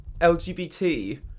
LGBT